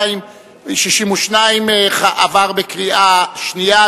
62, הוראת שעה) עברה בקריאה שנייה.